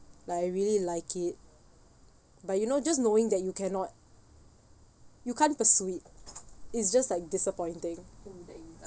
like I really like it but you know just knowing that you cannot you can't persuade it's just like disappointing